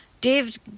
Dave